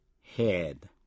head